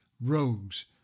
rogues